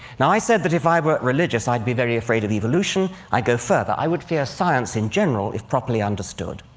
and i said that if i were religious, i'd be very afraid of evolution i'd go further i would fear science in general, if properly understood.